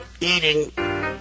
eating